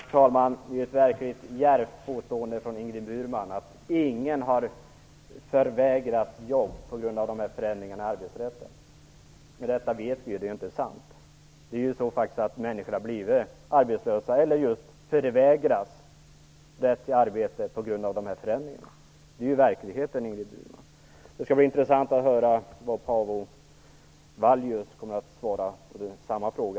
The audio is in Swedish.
Herr talman! Det är verkligt djärvt av Ingrid Burman att påstå att ingen har förvägrats jobb på grund av förändringarna i arbetsrätten. Vi vet att det inte är sant. Människor har faktiskt blivit arbetslösa eller just förvägrats arbete på grund av dessa förändringar. Det är verkligheten, Ingrid Burman. Det skall bli intressant att höra vad Paavo Vallius kommer att svara på samma fråga.